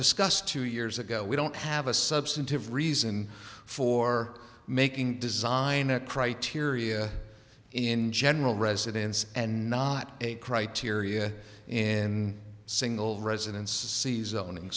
discussed two years ago we don't have a substantive reason for making design a criteria in general residence and not a criteria in single residenc